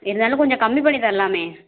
இருந்தாலும் கொஞ்சம் கம்மி பண்ணி தரலாமே